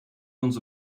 onze